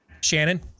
Shannon